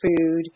food